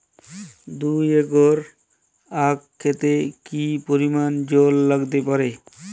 দুই একর আক ক্ষেতে কি পরিমান জল লাগতে পারে?